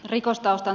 rikostaustan